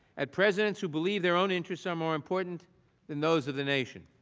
and presidents who believe their own interests are more important than those of the nation.